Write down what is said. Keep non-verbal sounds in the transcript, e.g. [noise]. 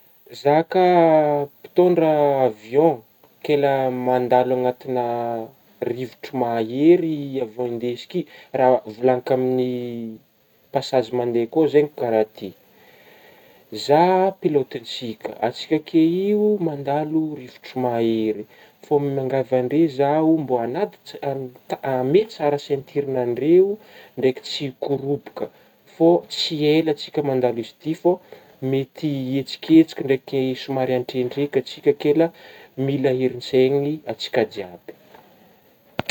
Zah ka mpitôndra avion ke la mandalo anatigna rivotra mahery avion indesiko io, raha volagniko amin'ny pasazy mandeha ko zegny ka raha ty: zah pilôtintsika antsika akeo io mandalo rivotro mahery fô m-miangavy andre zaho mbô [unintelligible] [hesitation] amehy tsara sentiranandreo ndraiky tsy hikoroboka fô tsy ela tsika mandalo izy ty fô mety hetsiketsiky ndraiky somary andrendreka tsika ke la mila herin-tsaigna antsika jiaby.